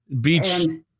beach